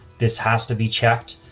this has to be checked.